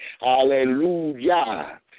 Hallelujah